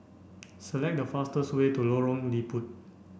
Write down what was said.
select the fastest way to Lorong Liput